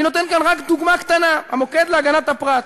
אני נותן כאן רק דוגמה קטנה, "המוקד להגנת הפרט",